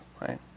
right